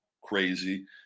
crazy